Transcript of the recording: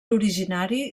originari